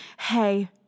Hey